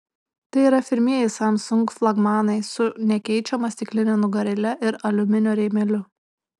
tai yra pirmieji samsung flagmanai su nekeičiama stikline nugarėle ir aliuminio rėmeliu